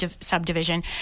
subdivision